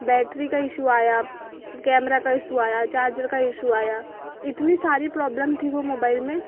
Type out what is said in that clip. battery का issue आया camera का इशु आया चार्जर का इशु आया इतनी सारी प्रॉब्लम थी वो मोबाईल में